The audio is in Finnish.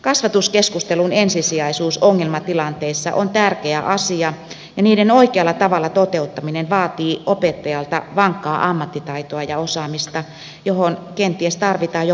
kasvatuskeskustelun ensisijaisuus ongelmatilanteissa on tärkeä asia ja sen oikealla tavalla toteuttaminen vaatii opettajalta vankkaa ammattitaitoa ja osaamista johon kenties tarvitaan jopa täydennyskoulutusta